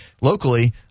locally